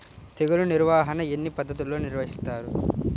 తెగులు నిర్వాహణ ఎన్ని పద్ధతుల్లో నిర్వహిస్తారు?